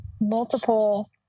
multiple